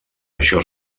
això